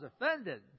offended